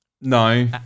No